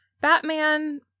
Batman